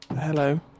Hello